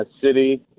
city